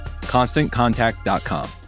ConstantContact.com